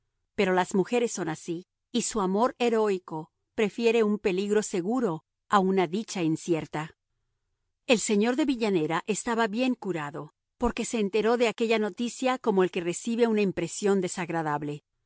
pero las mujeres son así y su amor heroico prefiere un peligro seguro a una dicha incierta el señor de villanera estaba bien curado porque se enteró de aquella noticia como el que recibe una impresión desagradable